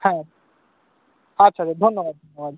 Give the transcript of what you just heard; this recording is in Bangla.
হ্যাঁ আচ্ছা আচ্ছা ধন্যবাদ ধন্যবাদ